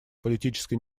политической